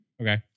Okay